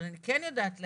אבל אני כן יודעת להגיד,